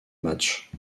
matchs